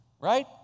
right